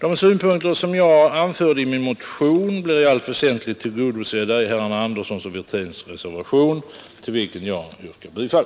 De synpunkter som jag anfört i min motion blir i allt väsentligt tillgodosedda i herrar Anderssons och Wirténs reservation, till vilken jag yrkar bifall.